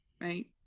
right